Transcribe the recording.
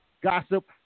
gossip